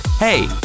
Hey